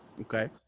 Okay